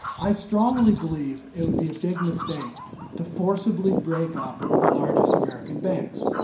i strongly believe it would be a big mistake to forcibly break up the largest american banks.